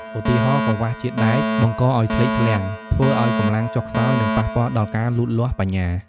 ឧទាហរណ៍ កង្វះជាតិដែក បង្កឱ្យស្លេកស្លាំង ធ្វើឱ្យកម្លាំងចុះខ្សោយ និងប៉ះពាល់ដល់ការលូតលាស់បញ្ញា។